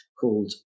called